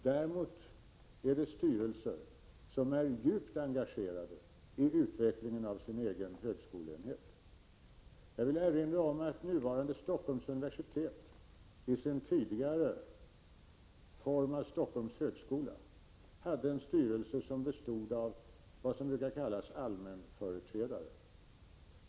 Däremot är det styrelser som är djupt engagerade i utvecklingen av sin egen högskoleenhet. Jag vill erinra om att nuvarande Stockholms universitet i sin tidigare form — Stockholms högskola — hade en styrelse som bestod av vad som brukar kallas allmänföreträdare.